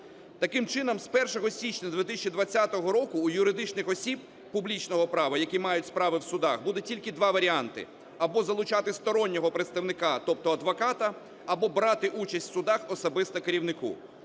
Таким чином з 1 січня 2020 року у юридичних осіб публічного права, які мають справи в судах буде тільки два варіанти: або залучати стороннього представники, тобто адвоката, або брати участь в судах особисто керівнику.